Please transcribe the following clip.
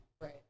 right